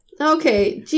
Okay